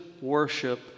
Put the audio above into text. worship